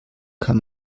kann